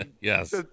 Yes